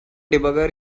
debugger